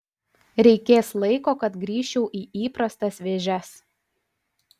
reikės laiko kad grįžčiau į įprastas vėžes